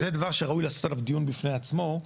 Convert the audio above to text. זה דבר שראוי לעשות עליו דיון בפני עצמו.